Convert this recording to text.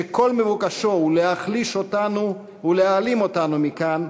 שכל מבוקשו הוא להחליש אותנו ולהעלים אותנו מכאן,